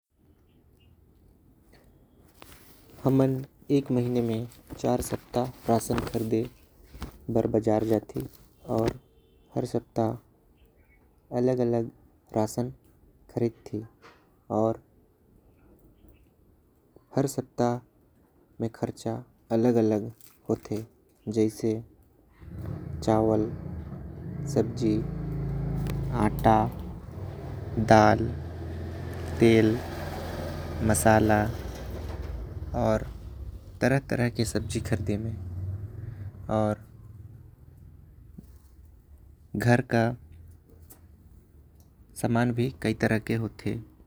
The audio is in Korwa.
हमन एक महीने मे चार सप्ताह राशन खरीदे बर बाजार जाते। आऊ हर सप्ताह अलग अलग राशन खरीदती। और हर सप्त में खर्चा अलग अलग होते। जैसे चावल सब्जी आता दल तेल मसल और तरह तरह के। सब्जी खरीदे में और घर के समान भी कई तरह के होते।